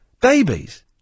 babies